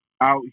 out